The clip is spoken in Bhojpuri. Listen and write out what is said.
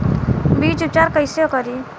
बीज उपचार कईसे करी?